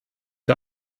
der